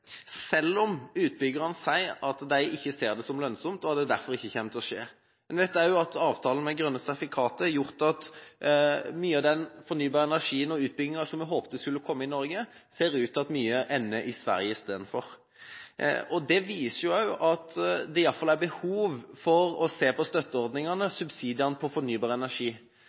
at de ikke ser det som lønnsomt, og utbygging derfor ikke kommer til å skje. Men vi vet også at avtalen om grønne sertifikater har gjort at mye av utbyggingen av den fornybare energien som vi håpet skulle komme i Norge, ser ut til å ende i Sverige istedenfor. Det viser også at det iallfall er behov for å se på støtteordningene, subsidiene, for fornybar energi.